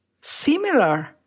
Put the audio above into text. similar